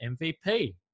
MVP